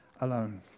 alone